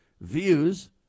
views